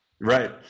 Right